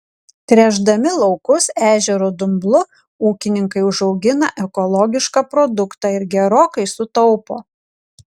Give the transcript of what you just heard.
tręšdami laukus ežero dumblu ūkininkai užaugina ekologišką produktą ir gerokai sutaupo